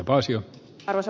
kannatan ed